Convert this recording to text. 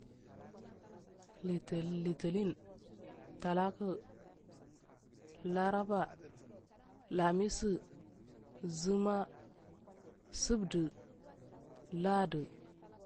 Littinin talatu laraba lamisu zimaa subbdu landu.